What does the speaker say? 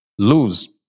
lose